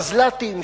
מזל"טים,